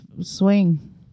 swing